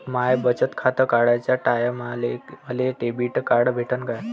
माय बचत खातं काढाच्या टायमाले मले डेबिट कार्ड भेटन का?